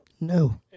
No